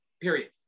period